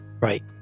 Right